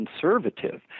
conservative